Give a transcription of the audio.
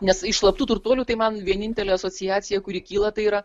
nes iš slaptų turtuolių tai man vienintelė asociacija kuri kyla tai yra